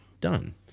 done